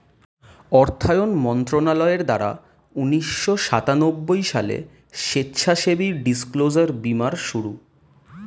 অর্থায়ন মন্ত্রণালয়ের দ্বারা উন্নিশো সাতানব্বই সালে স্বেচ্ছাসেবী ডিসক্লোজার বীমার শুরু